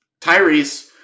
Tyrese